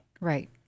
Right